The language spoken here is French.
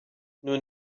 nous